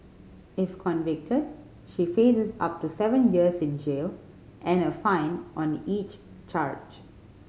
if convicted she faces up to seven years in jail and a fine on each charge